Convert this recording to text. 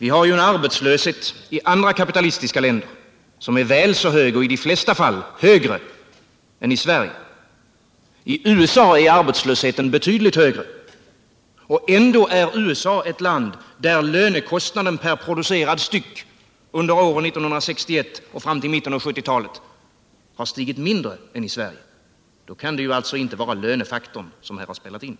I andra kapitalistiska länder råder det en arbetslöshet som är väl så hög som och i de flesta fall högre än i Sverige. I USA är arbetslösheten betydligt högre, och ändå är USA ett land där lönekostnaden per producerad styck under åren från 1961 fram till 1970-talet har stigit mindre än i Sverige. Då kan det inte vara lönefaktorn som har spelat in.